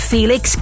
Felix